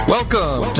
Welcome